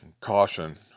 caution